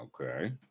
Okay